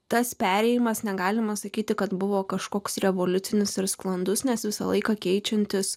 tas perėjimas negalima sakyti kad buvo kažkoks revoliucinis ir sklandus nes visą laiką keičiantis